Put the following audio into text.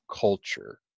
culture